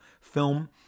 film